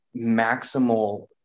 maximal